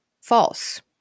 false